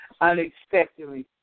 unexpectedly